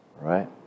right